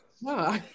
no